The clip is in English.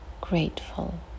grateful